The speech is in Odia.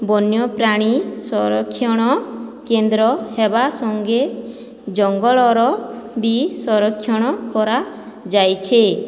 ବନ୍ୟପ୍ରାଣୀ ସଂରକ୍ଷଣ କେନ୍ଦ୍ର ହେବା ସଙ୍ଗେ ଜଙ୍ଗଲର ବି ସଂରକ୍ଷଣ କରାଯାଇଛେ